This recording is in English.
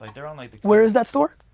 like they're um like where is that store?